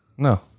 No